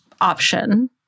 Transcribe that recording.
option